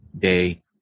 day